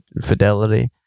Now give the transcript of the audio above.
fidelity